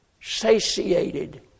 Satiated